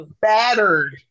Battered